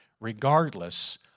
regardless